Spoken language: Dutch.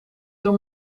door